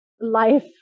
life